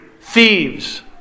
thieves